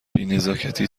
بینزاکتی